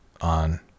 on